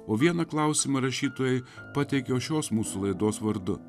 o vieną klausimą rašytojai pateikia šios mūsų laidos vardu